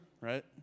right